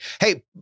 Hey